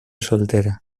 soltera